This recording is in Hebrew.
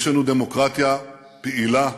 יש לנו דמוקרטיה פעילה ותוססת,